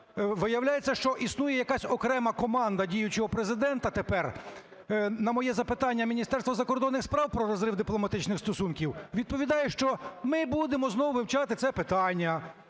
виявляється, що існує якась окрема команда діючого Президента тепер, на моє запитання Міністерство закордонних справ про розрив дипломатичних стосунків відповідає, що ми будемо знову вивчати це питання.